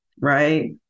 right